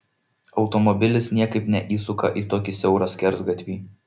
automobilis niekaip neįsuka į tokį siaurą skersgatvį